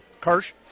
Kirsch